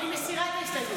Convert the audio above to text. אני מסירה את ההסתייגויות.